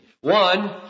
One